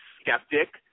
skeptic